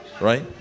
right